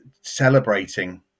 celebrating